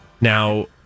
now